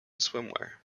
swimwear